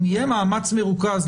אם יהיה מאמץ מרוכז,